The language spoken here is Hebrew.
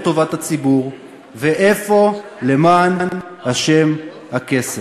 טובת הציבור ואיפה למען השם הכסף?